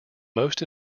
most